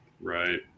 Right